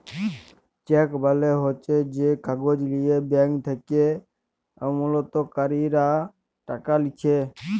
check মালে হচ্যে যে কাগজ লিয়ে ব্যাঙ্ক থেক্যে আমালতকারীরা টাকা লিছে